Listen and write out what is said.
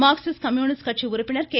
Marxist communist கட்சி உறுப்பினர் K